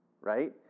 right